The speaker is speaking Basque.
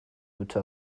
hutsa